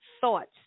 thoughts